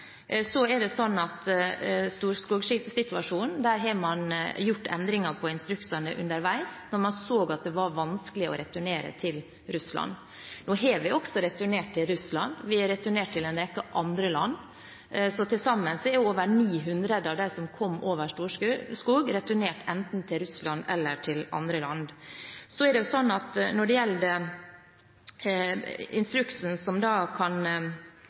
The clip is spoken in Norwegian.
så at det var vanskelig å returnere til Russland. Vi har også returnert til Russland, og vi har returnert til en rekke andre land. Så til sammen er over 900 av dem som kom over Storskog, blitt returnert, enten til Russland eller til andre land. Når det gjelder instruksen som